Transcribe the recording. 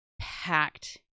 packed